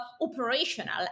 operational